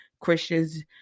Christians